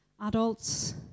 adults